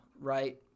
right